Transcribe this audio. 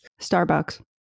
Starbucks